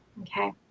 Okay